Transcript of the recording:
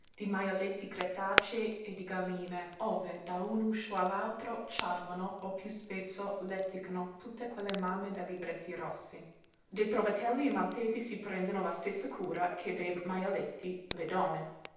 di majaletti cretacei e di galline ove da un uscio all'altro ciarlano o piú spesso leticano tutte quelle mamme dai libretti rossi dei trovatelli i maltesi si prendono la stessa cura che dei majaletti le donne